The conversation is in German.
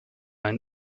ein